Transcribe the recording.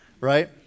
right